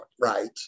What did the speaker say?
right